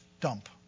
dump